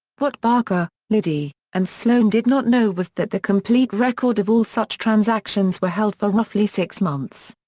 what barker, liddy, and sloan did not know was that the complete record of all such transactions were held for roughly six months.